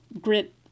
grit